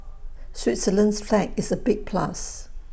Switzerland's flag is A big plus